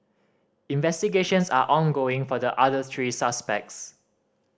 investigations are ongoing for the others three suspects